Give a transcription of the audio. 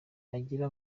agira